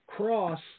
cross